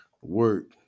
work